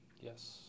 Yes